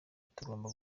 tugomba